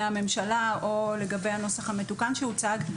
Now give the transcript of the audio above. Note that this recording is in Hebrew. הממשלה או לגבי הנוסח המתוקן שהוצג,